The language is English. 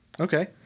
Okay